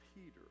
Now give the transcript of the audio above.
Peter